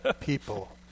people